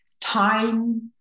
time